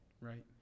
Right